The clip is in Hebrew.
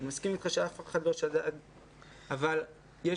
אני מסכים אתך שאף אחד לא שדד,